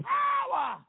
power